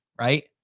right